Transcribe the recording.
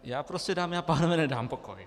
Já prostě, dámy a pánové, nedám pokoj.